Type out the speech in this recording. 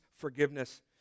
forgiveness